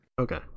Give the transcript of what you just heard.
Okay